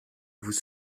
vous